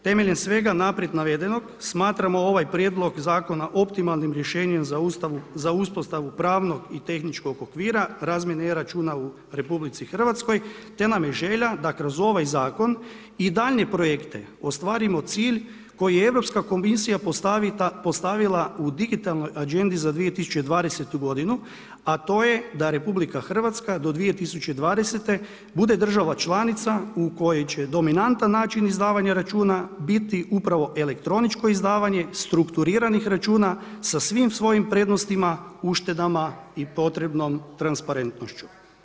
Temeljem svega, naprijed navedenog, smatramo ovaj prijedlog zakona, optimalno rješenjem za uspostavu pravnog i tehničkog okvira, razmjene e-računa u RH, te nam je želja da kroz ovaj zakon i daljnje projekte, ostvarimo cilj koji Europska komisija postavila u digitalnog agende za 2020. g. a to je da RH, do 2020. bude država članica u kojoj će dominantan način izdavanja računa, biti upravo elektroničko izdavanje, strukturiranih računa, sa svim svojim prednostima, uštedama i potrebnom transparentnošću.